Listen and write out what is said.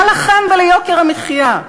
מה לכם וליוקר המחיה?